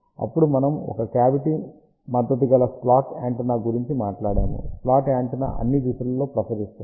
అప్పుడు మనము ఒక కావిటీ మద్దతు గల స్లాట్ యాంటెన్నా గురించి మాట్లాడాము స్లాట్ యాంటెన్నా అన్ని దిశలలో ప్రసరిస్తుంది